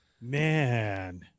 Man